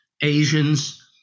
Asians